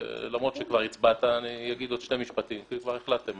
למרות שכבר הצבעת אני אגיד עוד שני משפטים כי כבר החלטתם,